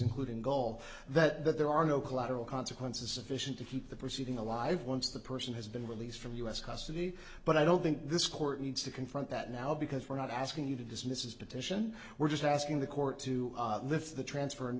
including goal that that there are no collateral consequences sufficient to keep the proceeding alive once the person has been released from us custody but i don't think this court needs to confront that now because we're not asking you to dismiss is petition we're just asking the court to lift the transfer